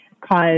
cause